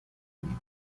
uniti